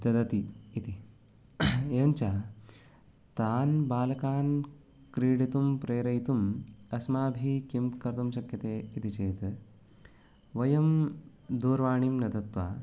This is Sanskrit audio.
ददति इति एवञ्च तान् बालकान् क्रीडितुं प्रेरयितुम् अस्माभिः किं कर्तुं शक्यते इति चेत् वयं दूरवाणीं न दत्वा